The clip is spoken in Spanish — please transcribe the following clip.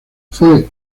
fue